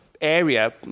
area